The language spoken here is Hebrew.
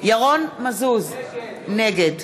ירון מזוז, נגד